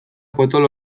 potolo